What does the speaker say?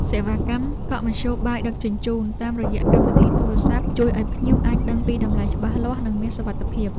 សេវាកម្មកក់មធ្យោបាយដឹកជញ្ជូនតាមរយៈកម្មវិធីទូរស័ព្ទ ជួយឱ្យភ្ញៀវអាចដឹងពីតម្លៃច្បាស់លាស់និងមានសុវត្ថិភាព។